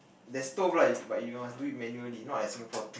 there's stove lah but you must do it manually not like Singapore